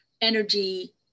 energy